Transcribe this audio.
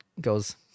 goes